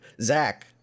zach